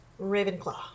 Ravenclaw